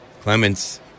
Clements